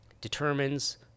determines